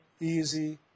easy